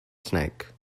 snake